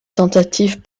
tentatives